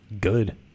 Good